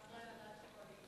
גם בהנהלת הקואליציה.